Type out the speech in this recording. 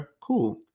cool